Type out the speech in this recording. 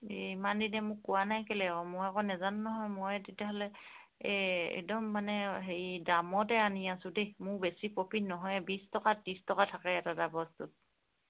এই ইমান দিনে মোক কোৱা নাই কেলেই অঁ মই আকৌ নেজানো নহয় মই তেতিয়াহ'লে এই একদম মানে হেৰি দামতে আনি আছোঁ দেই মোক বেছি প্ৰফিট নহয় বিছ টকাত ত্ৰিছ টকা থাকে এটা এটা বস্তুত